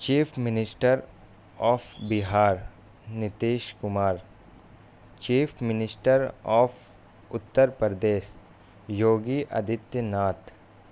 chief minister of Bihar Nitish Kumar chief minister of Uttar Pradesh Yogi Aditya Nath